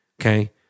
Okay